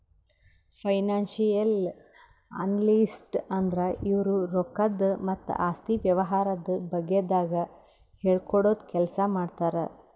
financial analyst ಅಂದ್ರ ಇವ್ರು ರೊಕ್ಕದ್ ಮತ್ತ್ ಆಸ್ತಿ ವ್ಯವಹಾರದ ಬಗ್ಗೆದಾಗ್ ಹೇಳ್ಕೊಡದ್ ಕೆಲ್ಸ್ ಮಾಡ್ತರ್